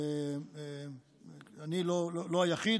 אני לא היחיד,